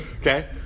Okay